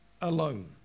alone